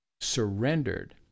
surrendered